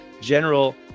general